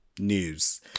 news